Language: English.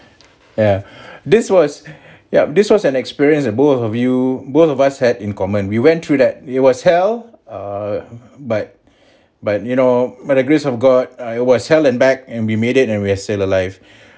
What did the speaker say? yeah this was yup this was an experience both of you both of us had in common we went through that it was hell err but but you know by the grace of god err it was hell and back and we made it and we are still alive